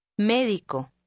Médico